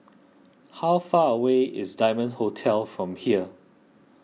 how far away is Diamond Hotel from here